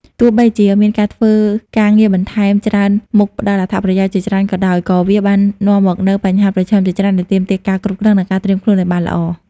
ទោះបីជាការធ្វើការងារបន្ថែមច្រើនមុខផ្តល់អត្ថប្រយោជន៍ជាច្រើនក៏ដោយ ក៏វាបាននាំមកនូវបញ្ហាប្រឈមជាច្រើនដែលទាមទារការគ្រប់គ្រង និងការត្រៀមខ្លួនឱ្យបានល្អ។